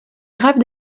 graves